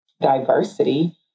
diversity